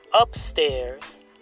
upstairs